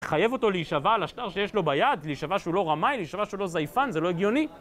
חייב אותו להישבע על השטח שיש לו ביד, להישבע שהוא לא רמאי, להישבע שהוא לא זייפן, זה לא הגיוני